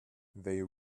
they